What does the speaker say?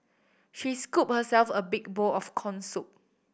she scooped herself a big bowl of corn soup